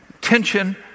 Tension